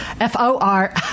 F-O-R